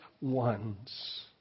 ones